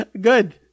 Good